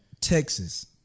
Texas